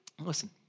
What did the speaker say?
listen